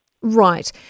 Right